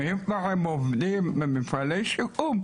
ואם כבר הם עובדים במפעלי שיקום,